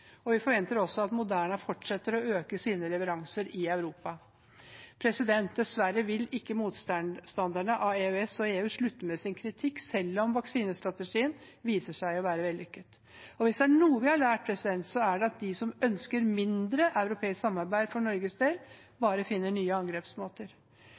Vi forventer også at Moderna fortsetter å øke sine leveranser i Europa. Dessverre vil ikke motstanderne av EØS og EU slutte med sin kritikk selv om vaksinestrategien viser seg å være vellykket. Hvis det er noe vi har lært, er det at de som ønsker mindre europeisk samarbeid for Norges del,